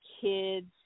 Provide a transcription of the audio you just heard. kids